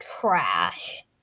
trash